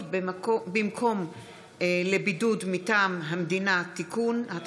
(דחיית מועדים לתשלום קנסות),